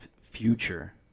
Future